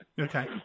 okay